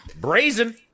Brazen